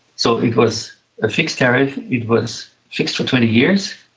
so it was a fixed tariff, it was fixed for twenty years,